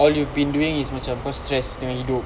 all you been doing is macam stress punya hidup